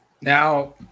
Now